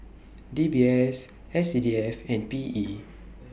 D B S S C D F and P E